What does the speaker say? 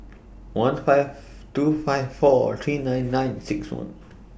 one five two five four three nine nine six one